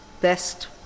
best